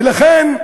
ולכן,